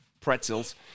pretzels